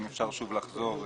אם אפשר שוב לחזור.